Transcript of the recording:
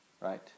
right